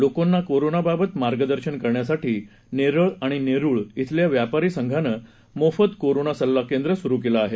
लोकांना कोरोना बाबत मार्गदर्शन करण्यासाठी नेरळ आणि नेरुळ ी खेल्या व्यापारी संघानं मोफत कोरोना सल्ला केंद्र सुरू केलं आहे